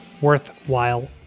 worthwhile